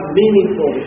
meaningful